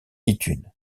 itunes